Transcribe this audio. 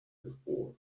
before